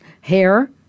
Hair